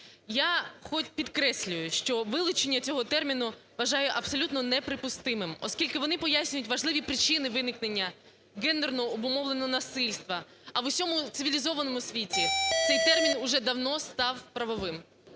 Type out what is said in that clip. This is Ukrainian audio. Я підкреслюю, що вилучення цього терміну вважаю абсолютно неприпустимим, оскільки він пояснює важливі причини виникнення гендерно обумовленого насильства. А у всьому цивілізованому світі цей термін вже давно став правовим.